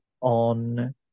on